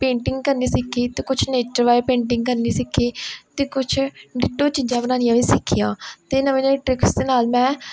painting ਕਰਨੀ ਸਿੱਖੀ ਅਤੇ ਕੁਛ ਨੇਚਰ ਵਾਲੇ ਪੇਂਟਿੰਗ ਕਰਨੀ ਸਿੱਖੀ ਅਤੇ ਕੁਛ ਡਿਟੋ ਚੀਜ਼ਾਂ ਬਣਾਉਣੀਆ ਵੀ ਸਿੱਖੀਆਂ ਅਤੇ ਨਵੇਂ ਨਵੇਂ ਟ੍ਰਿਕਸ ਦੇ ਨਾਲ ਮੈਂ